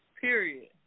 period